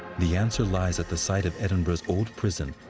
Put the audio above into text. the answer lies at the site of edinburgh's old prison,